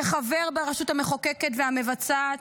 כחבר ברשות המחוקקת והמבצעת,